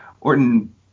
Orton